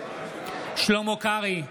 שלמה קרעי,